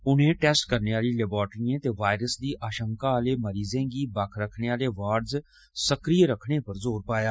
उनें टैस्ट करने आली लैबाट्रियें ते वायरस दी आशंका आलें मरीजें गी बक्ख रक्खने आले वार्डज़ सक्रिय रक्खने पर जोर पाया